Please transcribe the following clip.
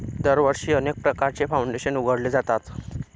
दरवर्षी अनेक प्रकारचे फाउंडेशन उघडले जातात